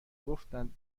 گفتند